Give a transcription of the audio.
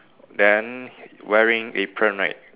then wearing apron right